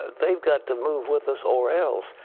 they've got to move with us or else.